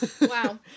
wow